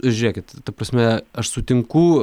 žiūrėkit ta prasme aš sutinku